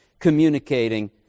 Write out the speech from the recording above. communicating